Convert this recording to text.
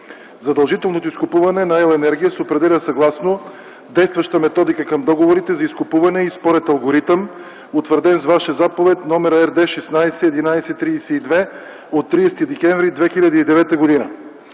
Задължителното изкупуване на електроенергия се определя съгласно действаща методика към договорите за изкупуване и според алгоритъм, утвърден с Ваша заповед № РД-16-11-32/30 декември 2009 г.